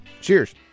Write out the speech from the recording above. Cheers